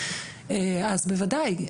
אז בוודאי,